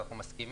ואנחנו מסכימים.